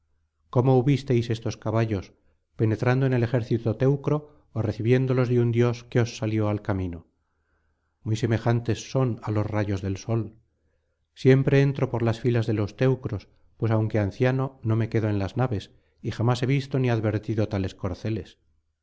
cómo hubisteis estos caballos penetrando en el ejército teucro ó recibiéndolos de un dios que os salió al camino may semejantes son á los rayos del sol siempre entro por las filas de los teucros pues aunque anciano no me quedo en las naves y jamás he visto ni advertido tales corceles